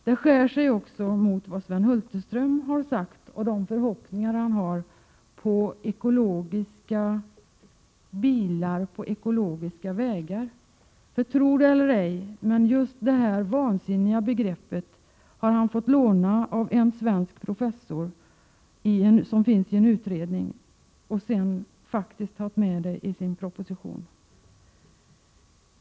Det skär sig också mot det Sven Hulterström har sagt och de förhoppningar han har på ekologiska bilar och ekologiska vägar. Tro det eller ej, men just det vansinniga begreppet har han fått låna av en svensk professor, som sitter med i en utredning, och sedan har han faktiskt tagit med. det i sin proposition.